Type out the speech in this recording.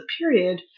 period